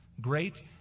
Great